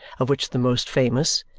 of which the most famous,